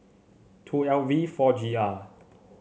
two L V four G R